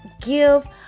give